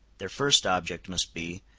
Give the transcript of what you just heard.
their first object must be,